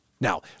Now